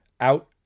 out